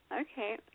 Okay